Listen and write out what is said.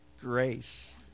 Grace